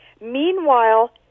Meanwhile